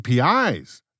APIs